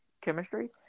chemistry